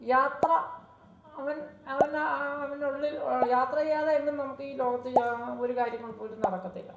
യാത്ര അവൻ അവനാ അവനുള്ളിൽ യാത്രചെയ്യാതെ എങ്ങും നമുക്കീ ലോകത്ത് ഒരു കാര്യങ്ങൾ പോലും നടക്കത്തില്ല